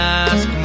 ask